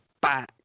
back